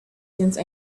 since